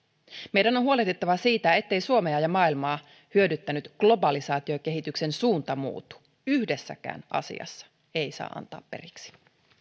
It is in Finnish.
meidän on huolehdittava siitä ettei suomea ja maailmaa hyödyttänyt globalisaatiokehityksen suunta muutu yhdessäkään asiassa ei saa antaa periksi